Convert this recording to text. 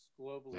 globally